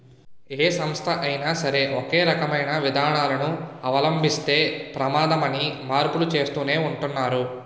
ఏ సంస్థ అయినా సరే ఒకే రకమైన విధానాలను అవలంబిస్తే ప్రమాదమని మార్పులు చేస్తూనే ఉంటున్నారు